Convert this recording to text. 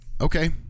okay